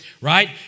right